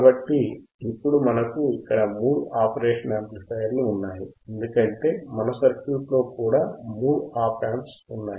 కాబట్టి ఇప్పుడు మనకు ఇక్కడ మూడు ఆపరేషనల్ యాంప్లిఫైయర్లు ఉన్నాయి ఎందుకంటే మన సర్క్యూట్లో కూడా మనకు మూడు ఆప యామ్ప్స్ ఉన్నాయి